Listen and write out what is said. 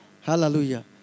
Hallelujah